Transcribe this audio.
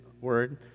Word